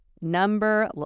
number